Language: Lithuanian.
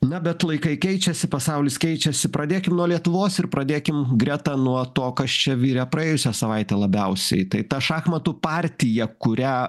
na bet laikai keičiasi pasaulis keičiasi pradėkim nuo lietuvos ir pradėkim greta nuo to kas čia virė praėjusią savaitę labiausiai tai ta šachmatų partija kurią